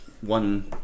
one